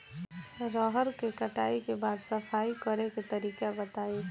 रहर के कटाई के बाद सफाई करेके तरीका बताइ?